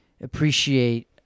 appreciate